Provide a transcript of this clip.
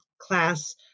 class